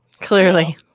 Clearly